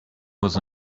was